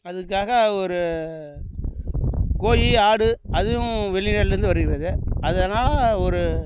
அதுக்காக ஒரு கோழி ஆடு அதையும் வெளிநாட்லேருந்து வருகிறது அதனால் ஒரு